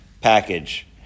package